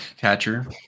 catcher